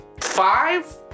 five